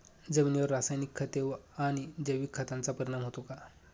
जमिनीवर रासायनिक खते आणि जैविक खतांचा परिणाम होतो का?